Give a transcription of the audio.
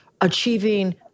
achieving